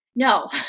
No